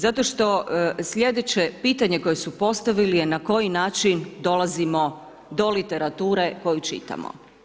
Zato što sljedeće pitanje koje su postavili je na koji način dolazimo do literature koju čitamo.